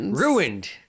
Ruined